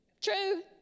True